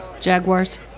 Jaguars